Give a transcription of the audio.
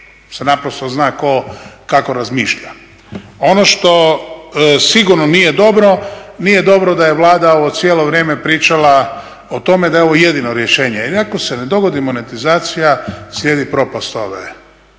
se naprosto zna tko kako razmišlja. Ono što sigurno nije dobro, nije dobro da je Vlada ovo cijelo vrijeme pričala o tome da je ovo jedino rješenje jer ako se ne dogodi monetizacija slijedi propast ove